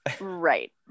right